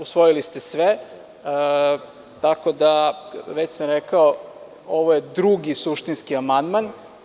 Usvojili ste sve, tako da je, već sam rekao, ovo drugi suštinski amandman.